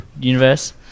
universe